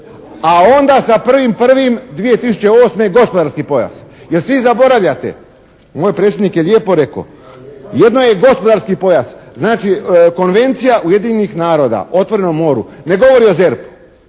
a onda sa 1.1.2008. gospodarski pojas. Jer svi zaboravljate, moj predsjednik je lijepo rekao, jedno je gospodarski pojas. Znači, konvencija Ujedinjenih naroda o otvorenom moru ne govori o ZERP-u.